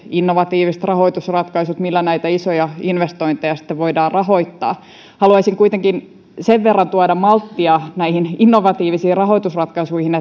innovatiiviset rahoitusratkaisut joilla näitä isoja investointeja sitten voidaan rahoittaa haluaisin kuitenkin sen verran tuoda malttia näihin innovatiivisiin rahoitusratkaisuihin